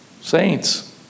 Saints